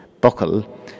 buckle